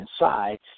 inside